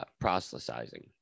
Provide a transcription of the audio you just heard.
proselytizing